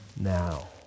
now